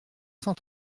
cent